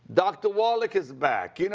dr. wallach is back. you know,